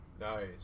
nice